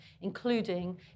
including